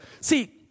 see